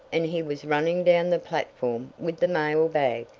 and he was running down the platform with the mail bag.